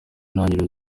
ntangiriro